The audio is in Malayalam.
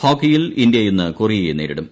ഹോക്കിയിൽ ഇന്ത്യ ഇന്ന് കൊറിയയെ നേരിടും